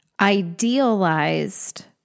idealized